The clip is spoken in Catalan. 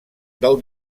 del